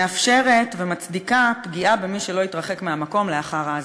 מאפשרת ומצדיקה פגיעה במי שלא התרחק מהמקום לאחר האזהרה.